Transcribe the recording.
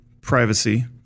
privacy